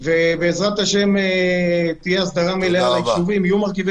ובעזרת השם תהיה הסדרה מלאה לישובים ויהיו מרכיבי